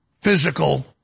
physical